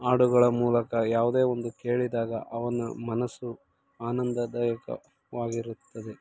ಹಾಡುಗಳ ಮೂಲಕ ಯಾವುದೇ ಒಂದು ಕೇಳಿದಾಗ ಅವನ ಮನಸ್ಸು ಆನಂದದಾಯಕ ವಾಗಿರುತ್ತದೆ